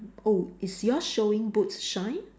oh is yours showing boots shine